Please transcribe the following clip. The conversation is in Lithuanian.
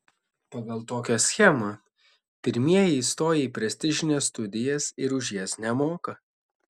pagal tokią schemą pirmieji įstoja į prestižines studijas ir už jas nemoka